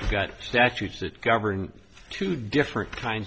you've got statutes that govern two different kinds